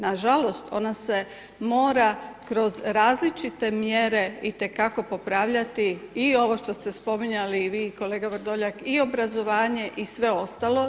Na žalost ona se mora kroz različite mjere itekako popravljati i ovo što ste spominjali i vi kolega Vrdoljak i obrazovanje i sve ostalo.